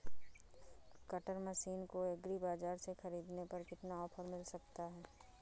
Cutter machine को agri बाजार से ख़रीदने पर कितना ऑफर मिल सकता है?